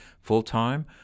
full-time